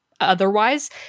Otherwise